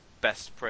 best